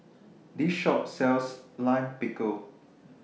This Shop sells Lime Pickle